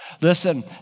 Listen